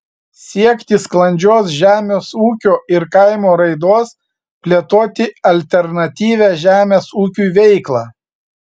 siekti sklandžios žemės ūkio ir kaimo raidos plėtoti alternatyvią žemės ūkiui veiklą